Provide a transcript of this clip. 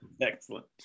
Excellent